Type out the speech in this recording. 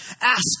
Ask